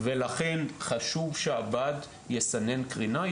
לכן חשוב שהבד יסנן קרינה.